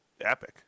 epic